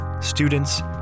students